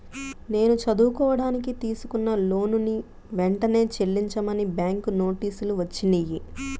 నేను చదువుకోడానికి తీసుకున్న లోనుని వెంటనే చెల్లించమని బ్యాంకు నోటీసులు వచ్చినియ్యి